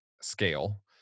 scale